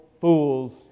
Fool's